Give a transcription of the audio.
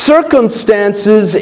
circumstances